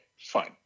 fine